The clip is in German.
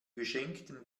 geschenkten